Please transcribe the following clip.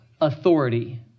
authority